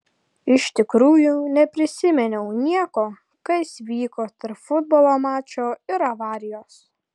iš tikrųjų neprisiminiau nieko kas vyko tarp futbolo mačo ir avarijos